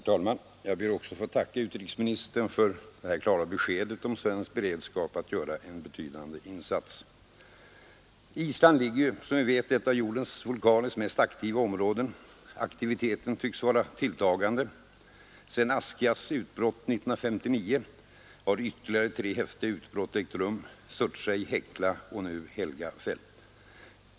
Herr talman! Jag ber också att få tacka utrikesministern för detta klara besked om svensk beredskap att göra en betydande insats, Island ligger som vi vet i ett av jordens vulkaniskt mest aktiva områden. Aktiviteten tycks vara tilltagande. Sedan Askjas utbrott 1959 har ytterligare tre häftiga utbrott ägt rum, Surtsey, Hekla och nu Helgafell.